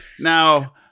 Now